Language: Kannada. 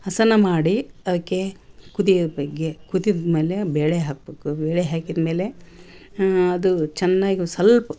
ಹಸನ ಮಾಡಿ ಅದಕ್ಕೆ ಕುದಿಯೊ ಬಗ್ಗೆ ಕುದಿದ ಮೇಲೆ ಬೇಳೆ ಹಾಕಬೇಕು ಬೇಳೆ ಹಾಕಿದ ಮೇಲೆ ಹಾಂ ಅದು ಚೆನ್ನಾಗು ಸ್ವಲ್ಪ